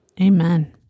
Amen